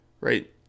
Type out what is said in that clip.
Right